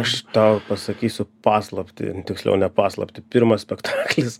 aš tau pasakysiu paslaptį tiksliau ne paslaptį pirmas spektaklis